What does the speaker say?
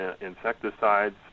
insecticides